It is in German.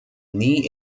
nie